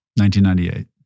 1998